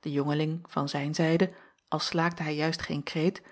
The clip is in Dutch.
de jongeling van zijne zijde al slaakte hij juist geen kreet